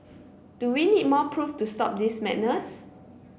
do we need more proof to stop this madness